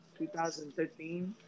2013